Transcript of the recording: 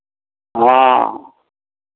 हँ